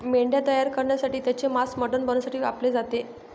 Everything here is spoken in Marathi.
मेंढ्या तयार करण्यासाठी त्यांचे मांस मटण बनवण्यासाठी कापले जाते